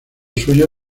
suyo